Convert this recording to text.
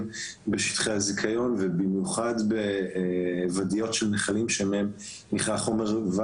ובמיוחד בוואדיות שבהם נכרה החומר.